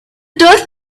turf